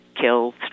kill